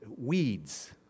weeds